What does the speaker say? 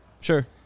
Sure